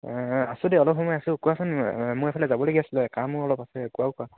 আছোঁ দিয়া অলপ সময় আছোঁ কোৱাচোন মোৰ এফালে যাবলগীয়া আছিলে কামো অলপ আছে কোৱা কোৱা